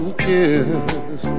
kiss